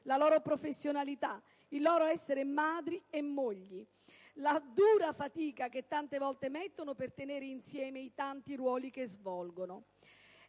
la loro professionalità, il loro essere madri e mogli, la dura fatica che tante volte mettono per tenere insieme i tanti ruoli che svolgono.